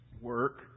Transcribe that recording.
work